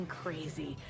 crazy